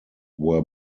were